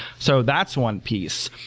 so that's one piece.